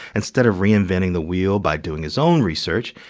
instead of reinventing the wheel by doing his own research,